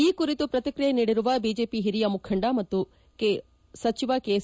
ಈ ಕುರಿತು ಪ್ರತಿಕ್ರಿಯೆ ನೀಡಿರುವ ಬಿಜೆಪಿ ಹಿರಿಯ ಮುಖಂಡ ಮತ್ತು ಸಚಿವ ಕೆಎಸ್